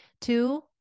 Two